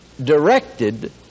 directed